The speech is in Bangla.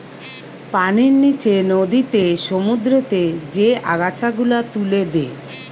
পানির নিচে নদীতে, সমুদ্রতে যে আগাছা গুলা তুলে দে